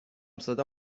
صدا